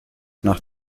nach